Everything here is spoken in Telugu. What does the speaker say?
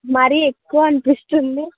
మరీ ఎక్కువ అనిపిస్తుంది